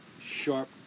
sharp